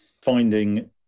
finding